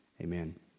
Amen